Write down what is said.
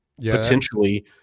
potentially